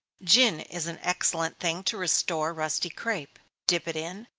gin is an excellent thing to restore rusty crape dip it in,